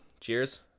Cheers